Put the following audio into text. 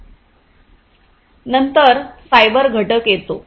नंतर सायबर घटक येतो